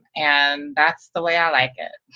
and that's the way i like it.